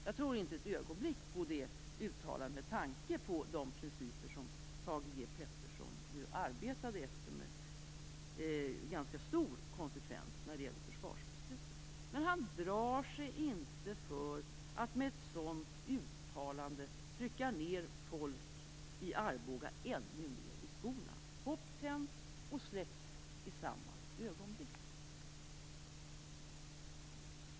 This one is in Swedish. Jag tror inte ett ögonblick på det uttalandet, med tanke på de principer som Thage G Peterson arbetat efter med ganska stor konsekvens när det gäller försvarsbeslutet. Men han drar sig inte för att med ett sådant uttalande trycka ned folk i Arboga ännu mer i skorna. Hopp tänds och släcks i samma ögonblick.